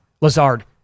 Lazard